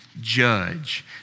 Judge